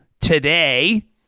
today